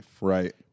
Right